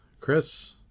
Chris